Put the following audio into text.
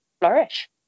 flourish